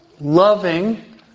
loving